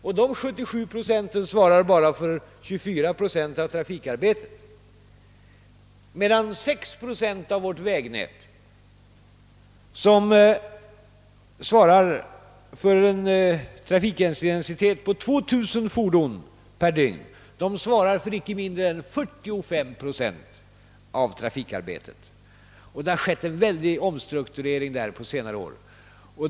Dessa 77 procent svarar endast för 24 procent av trafikarbetet, medan 6 procent av vårt vägnät har en trafikeringsintensitet av 2 000 fordon per årsmedeldygn och svarar för icke mindre än 45 procent av trafikarbetet. Under senare år har härvidlag skett en betydande omstrukturering.